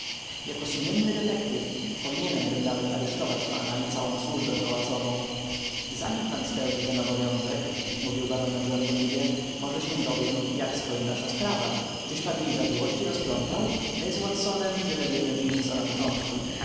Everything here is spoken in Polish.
jako sumienny detektyw powinienbym nawet aresztować pana i całą służbę pałacową zanim pan spełni ten obowiązek mówił baronet żartobliwie może się dowiem jak stoi nasza sprawa czyś pan jej zawiłości rozplątał my z watsonem tyle wiemy dziś co na początku